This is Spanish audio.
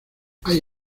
hay